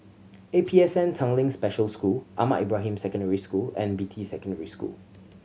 A P S N Tanglin Special School Ahmad Ibrahim Secondary School and Beatty Secondary School